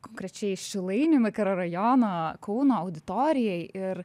konkrečiai šilainių mikrorajono kauno auditorijai ir